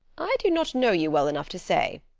i do not know you well enough to say.